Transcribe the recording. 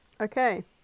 Okay